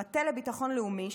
המטה לביטחון לאומי,